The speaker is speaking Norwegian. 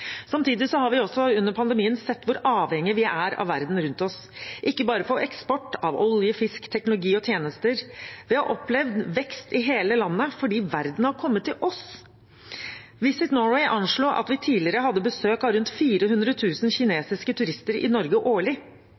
Samtidig har vi også under pandemien sett hvor avhengig vi er av verden rundt oss, ikke bare for eksport av olje, fisk, teknologi og tjenester. Vi har opplevd vekst i hele landet fordi verden har kommet til oss. Visit Norway anslo at vi tidligere hadde besøk av rundt 400 000 kinesiske turister i Norge årlig.